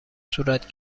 صورت